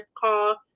call